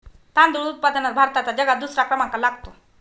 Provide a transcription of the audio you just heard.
तांदूळ उत्पादनात भारताचा जगात दुसरा क्रमांक लागतो